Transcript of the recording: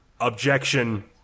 objection